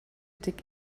dig